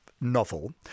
novel